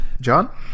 John